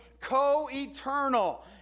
co-eternal